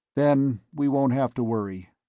then we won't have to worry.